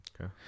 Okay